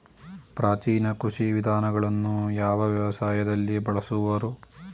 ಪ್ರಾಚೀನ ಕೃಷಿ ವಿಧಾನಗಳನ್ನು ಯಾವ ವ್ಯವಸಾಯದಲ್ಲಿ ಬಳಸುವರು?